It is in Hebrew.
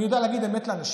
אני יודע להגיד אמת לאנשים.